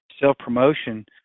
self-promotion